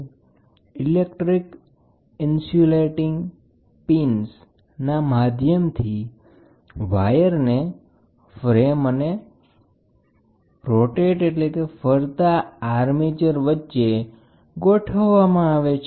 electrical insulating પીન્સના માધ્યમથી વાયરને ફ્રેમ અને ફરતા આર્મેચર વચ્ચે ગોઠવવામાં આવે છે